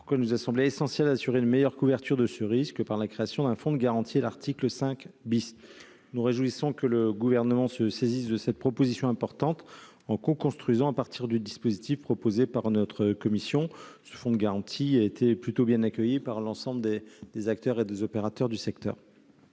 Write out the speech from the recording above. pourquoi il nous a semblé essentiel d'assurer une meilleure couverture de ce risque en créant, à l'article 5 , un fonds de garantie. Nous nous réjouissons que le Gouvernement se saisisse de cette proposition importante, en coconstruisant à partir du dispositif prévu par la commission. Je précise que ce fonds de garantie a été plutôt bien accueilli par l'ensemble des acteurs et des opérateurs du secteur.